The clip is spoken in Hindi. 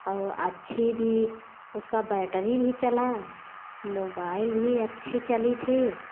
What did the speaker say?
और अच्छी भी उसकी बैटरी भी चली मोबाइल भी अच्छी चली थी